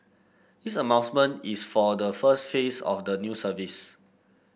this is for the first phase of the new service